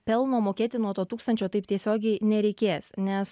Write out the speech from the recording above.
pelno mokėti nuo to tūkstančio taip tiesiogiai nereikės nes